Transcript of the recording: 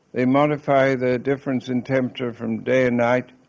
they modify the difference in temperature from day and night,